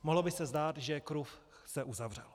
Mohlo by se zdát, že kruh se uzavřel.